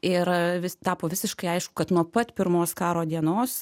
ir vis tapo visiškai aišku kad nuo pat pirmos karo dienos